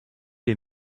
les